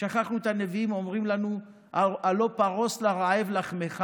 שכחנו את הנביאים אומרים לנו: "הלוא פרֹס לרעב לחמך